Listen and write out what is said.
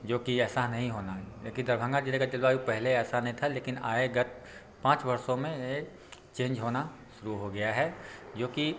जो कि ऐसा नहीं होना लेकिन दरभंगा ज़िले का जलवायु पहले ऐसा नहीं था लेकिन आए गत पाँच वर्षो में यह चेंज होना शुरू हो गया है जो कि